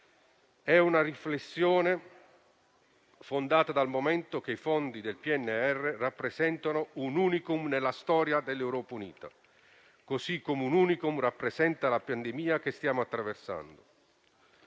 ma una riflessione fondata, dal momento che i fondi del PNRR rappresentano un *unicum* nella storia dell'Europa unita, come la pandemia che stiamo attraversando.